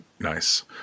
Nice